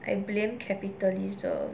and blame capitalism